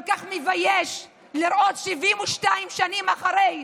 כל כך מבייש לראות 72 שנים אחרי,